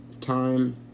time